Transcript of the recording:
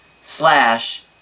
slash